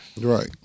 right